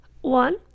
One